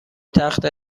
تخت